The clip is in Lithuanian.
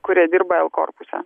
kurie dirba l korpuse